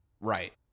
Right